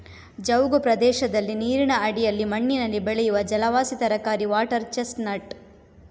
ಜವುಗು ಪ್ರದೇಶದಲ್ಲಿ ನೀರಿನ ಅಡಿಯಲ್ಲಿ ಮಣ್ಣಿನಲ್ಲಿ ಬೆಳೆಯುವ ಜಲವಾಸಿ ತರಕಾರಿ ವಾಟರ್ ಚೆಸ್ಟ್ ನಟ್